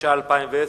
התש"ע 2010,